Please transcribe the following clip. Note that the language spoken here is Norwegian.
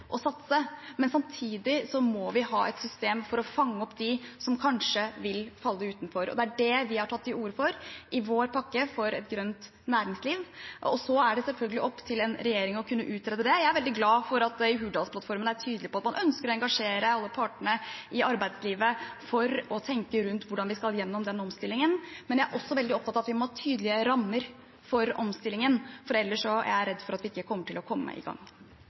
å satse. Men samtidig må vi ha et system for å fange opp dem som kanskje vil falle utenfor. Det er det vi har tatt til orde for i vår pakke for et grønt næringsliv, og så er det selvfølgelig opp til en regjering å utrede det. Jeg er veldig glad for at man i Hurdalsplattformen er tydelig på at man ønsker å engasjere alle partene i arbeidslivet for å tenke rundt hvordan vi skal komme gjennom den omstillingen. Men jeg er også veldig opptatt av at vi må ha tydelige rammer for omstillingen, for ellers er jeg redd vi ikke kommer til å komme i gang.